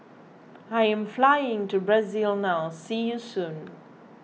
I am flying to Brazil now see you soon